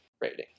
rating